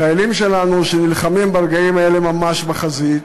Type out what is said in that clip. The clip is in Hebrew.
חיילים שלנו שנלחמים ברגעים האלה ממש בחזית,